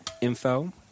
info